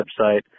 website